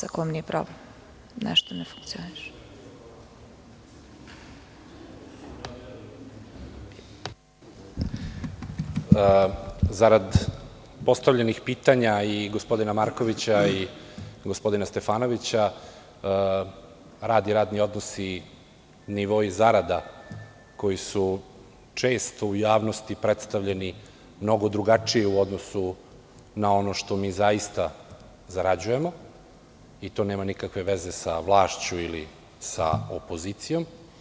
Zarad postavljenih pitanja gospodina Markovića i gospodina Stefanovića, rad i radni odnosi, nivoi zarada koji su često u javnosti predstavljeni mnogo drugačije u odnosu na ono što mi zaista zarađujemo i to nema nikakve veze sa vlašću ili sa opozicijom.